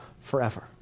forever